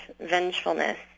vengefulness